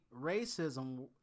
racism